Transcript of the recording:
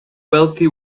wealthy